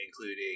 including